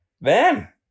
Man